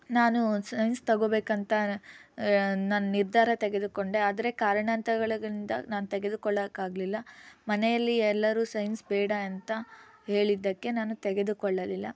ನಾನು ಸೈನ್ಸ್ ತಗೋಬೇಕಂತ ನಾನು ನಿರ್ಧಾರ ತೆಗೆದುಕೊಂಡೆ ಆದರೆ ಕಾರಣಾಂತರಗಳಿಂದ ನಾನು ತೆಗೆದುಕೊಳ್ಳೋಕ್ಕೆ ಆಗಲಿಲ್ಲ ಮನೆಯಲ್ಲಿ ಎಲ್ಲರೂ ಸೈನ್ಸ್ ಬೇಡ ಅಂತ ಹೇಳಿದ್ದಕ್ಕೆ ನಾನು ತೆಗೆದುಕೊಳ್ಳಲ್ಲಿಲ್ಲ